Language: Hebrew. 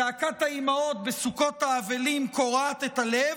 זעקת האימהות בסוכות האבלים קורעת את הלב,